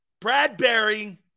Bradbury